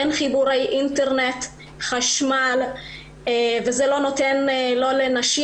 אין חיבורי אינטרנט וחשמל וזה לא מאפשר לנשים